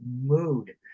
mood